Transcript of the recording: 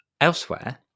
Elsewhere